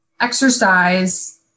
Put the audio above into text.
exercise